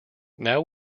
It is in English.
now